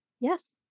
Yes